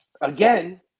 again